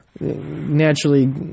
naturally